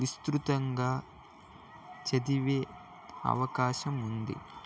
విస్తృతంగా చదివే అవకాశం ఉంది